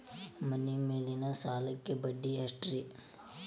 ಮನಿ ಮೇಲಿನ ಸಾಲಕ್ಕ ಬಡ್ಡಿ ಎಷ್ಟ್ರಿ?